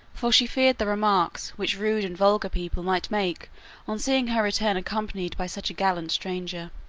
for she feared the remarks which rude and vulgar people might make on seeing her return accompanied by such a gallant stranger.